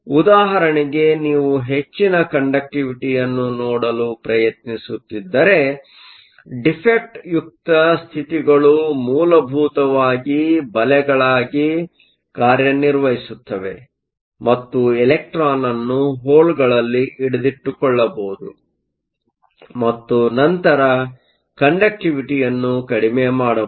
ಉದಾಹರಣೆಗೆ ನೀವು ಹೆಚ್ಚಿನ ಕಂಡಕ್ಟಿವಿಟಿಯನ್ನು ನೋಡಲು ಪ್ರಯತ್ನಿಸುತ್ತಿದ್ದರೆ ಡಿಫೆಕ್ಟ್Defectಯುಕ್ತ ಸ್ಥಿತಿಗಳು ಮೂಲಭೂತವಾಗಿ ಬಲೆಗಳಾಗಿ ಕಾರ್ಯನಿರ್ವಹಿಸುತ್ತವೆ ಮತ್ತು ಎಲೆಕ್ಟ್ರಾನ್ ಅನ್ನು ಹೋಲ್ ಗಳಲ್ಲಿ ಹಿಡಿದಿಟ್ಟುಕೊಳ್ಳಬಹುದು ಮತ್ತು ನಂತರ ಕಂಡಕ್ಟಿವಿಟಿಯನ್ನುಕಡಿಮೆ ಮಾಡಬಹುದು